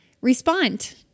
Respond